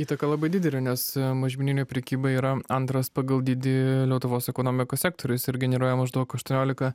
įtaka labai didelė nes mažmeninė prekyba yra antras pagal dydį lietuvos ekonomikos sektorius ir generuoja maždaug aštuoniolika